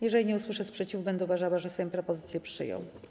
Jeżeli nie usłyszę sprzeciwu, będę uważała, że Sejm propozycję przyjął.